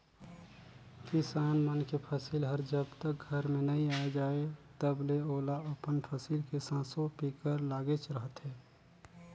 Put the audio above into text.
किसान मन के फसिल हर जब तक घर में नइ आये जाए तलबे ओला अपन फसिल के संसो फिकर लागेच रहथे